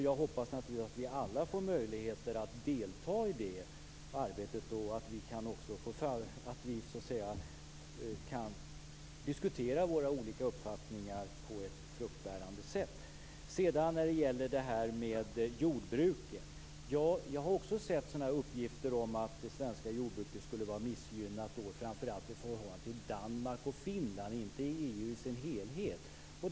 Jag hoppas att vi då alla får möjligheter att delta i det arbetet och att vi kan diskutera våra olika uppfattningar på ett fruktbärande sätt. Jag har också sett uppgifter om att det svenska jordbruket skulle vara missgynnat, framför allt i förhållande till Danmark och Finland, inte till EU i dess helhet.